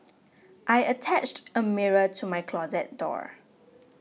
I attached a mirror to my closet door